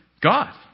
God